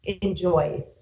enjoy